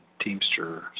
Teamster